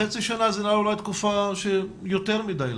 חצי שנה זאת אולי תקופה ארוכה מדי.